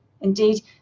Indeed